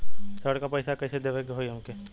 ऋण का पैसा कइसे देवे के होई हमके?